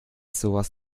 sowas